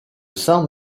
san